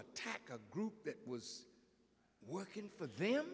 a group that was working for them